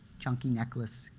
chunky necklace,